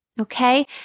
okay